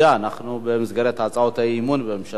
אנחנו במסגרת הצעות האי-אמון בממשלה,